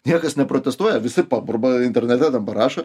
niekas neprotestuoja visi paburba internete dabar rašo